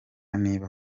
niba